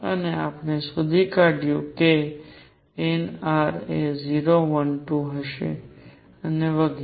અને આપણે શોધી કાઢ્યું છે કે nr એ 0 1 2 હશે અને વગેરે